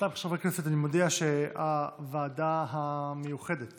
אני מודיע שהוועדה המיוחדת